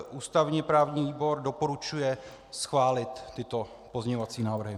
Ústavněprávní výbor doporučuje schválit tyto pozměňovací návrhy.